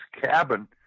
cabin